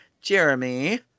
Jeremy